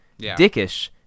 dickish